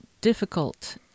difficult